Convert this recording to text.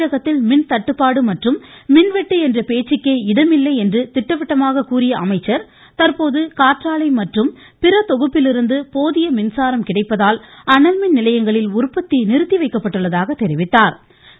தமிழகத்தில் மின் தட்டுப்பாடு மற்றும் மின்வெட்டு என்ற பேச்சுக்கே இடமில்லை என்று திட்டவட்டமாக கூறிய அவர் தற்போது காற்றாலை மற்றும் பிற தொகுப்பிலிருந்து போதிய மின்சாரம் கிடைப்பதால் அனல் மின் நிலையங்களில் உற்பத்தி நிறுத்தி வைக்கப்பட்டுள்ளதாக தெரிவித்தாா்